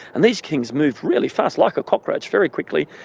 and these things moved really fast, like a cockroach, very quickly.